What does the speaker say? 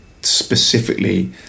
specifically